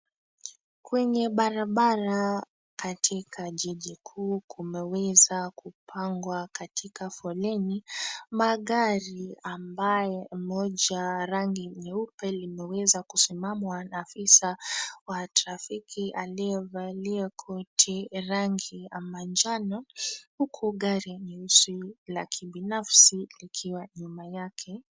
Kwenye barabara katika jiji kuu kumeweza kupangwa katika foleni, magari ambayo moja rangi nyeupe limeweza kusimamwa na afisa wa trafiki aliyevalia koti rangi ya manjano. Huku, gari nyeusi la kibinafsi likiwa nyuma yake.